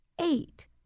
eight